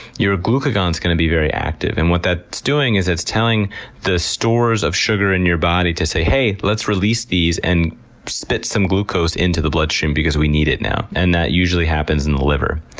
your glucagon's going to be very active. and what that's doing is it's telling the stores of sugar in your body to say, hey, let's release these and spit some glucose into the bloodstream because we need it now. and that usually happens happens in the liver.